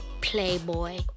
playboy